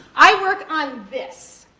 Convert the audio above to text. i work on this.